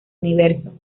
universo